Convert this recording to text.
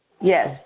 Yes